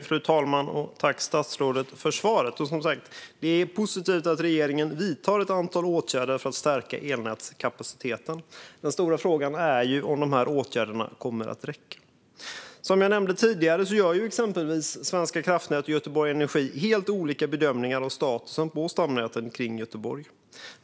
Fru talman! Jag tackar statsrådet för svaret. Det är som sagt positivt att regeringen vidtar ett antal åtgärder för att stärka elnätskapaciteten. Den stora frågan är om dessa åtgärder kommer att räcka. Som jag nämnde tidigare gör exempelvis Svenska kraftnät och Göteborg Energi helt olika bedömningar av statusen på stamnäten kring Göteborg.